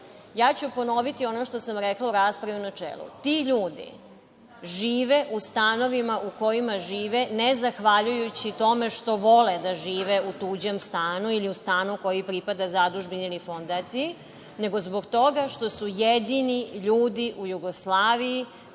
zakona. Ponoviću ono što sam rekla u raspravi u načelu, ti ljudi žive u stanovima u kojima žive ne zahvaljujući tome što vole da žive u tuđem stanu, ili u stanu koji pripada zadužbini ili fondaciji, nego zbog toga što su jedini ljudi u Jugoslaviji